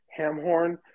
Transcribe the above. Hamhorn